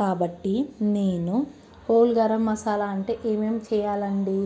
కాబట్టి నేను హోల్ గరం మసాలా అంటే ఏమేమి చేయాలండి